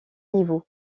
niveaux